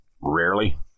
rarely